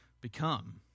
become